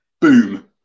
Boom